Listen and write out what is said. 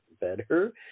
better